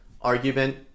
argument